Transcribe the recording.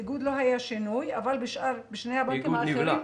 באיגוד לא היה שינוי אבל בשני הבנקים האחרים --- איגוד נבלע,